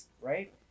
right